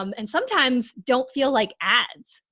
um and sometimes don't feel like ads,